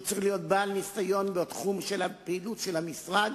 שהוא צריך להיות בעל ניסיון בתחום הפעילות של המשרד,